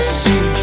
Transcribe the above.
see